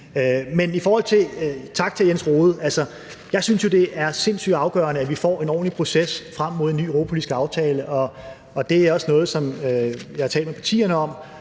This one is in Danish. Men tak til hr. Jens Rohde. Jeg synes jo, at det er sindssygt afgørende, at vi får en ordentlig proces frem mod en ny europapolitisk aftale, og det er også noget, som regeringen har talt med partierne om.